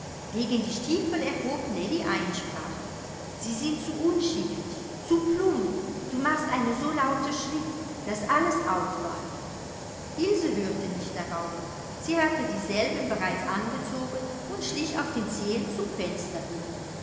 gegen die stiefel erhob nellie einsprache sie sind zu unschicklich zu plump du machst eine so laute schritt daß alles aufwacht ilse hörte nicht darauf sie hatte dieselben bereits angezogen und schlich auf den zehen zum fenster hin